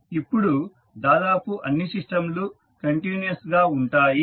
ఇప్పుడు దాదాపు అన్ని సిస్టంలు కంటిన్యూయస్ గా ఉంటాయి